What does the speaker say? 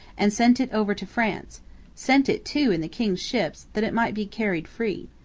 and sent it over to france sent it, too, in the king's ships, that it might be carried free.